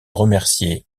remercié